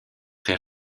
très